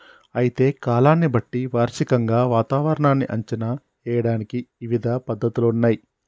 అయితే కాలాన్ని బట్టి వార్షికంగా వాతావరణాన్ని అంచనా ఏయడానికి ఇవిధ పద్ధతులున్నయ్యి